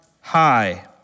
high